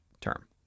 term